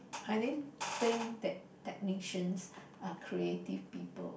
I didn't think that technicians are creative people